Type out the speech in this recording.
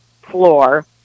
floor